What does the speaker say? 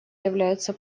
являются